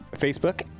Facebook